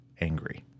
angry